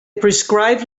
prescribe